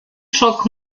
schock